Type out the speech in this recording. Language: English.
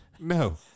No